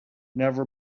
never